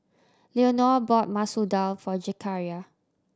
Leonor bought Masoor Dal for Zechariah